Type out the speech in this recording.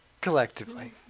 collectively